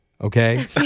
Okay